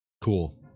Cool